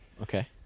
okay